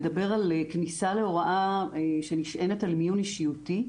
מדבר על כניסה להוראה שנשענת על מיון אישיותי,